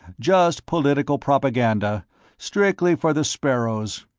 just political propaganda strictly for the sparrows.